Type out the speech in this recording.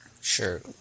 Sure